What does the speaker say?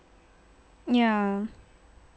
ya